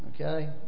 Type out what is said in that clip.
Okay